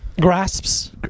grasps